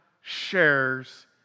shares